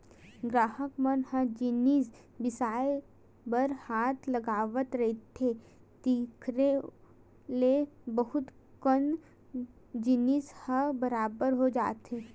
गराहक मन ह जिनिस बिसाए बर हाथ लगावत रहिथे तेखरो ले बहुत कन जिनिस ह खराब हो जाथे